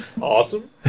Awesome